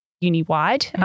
uni-wide